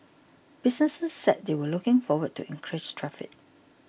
businesses said they were looking forward to increased traffic